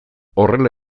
horrela